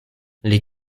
les